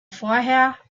vorher